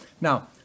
Now